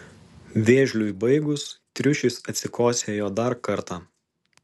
vėžliui baigus triušis atsikosėjo dar kartą